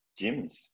gyms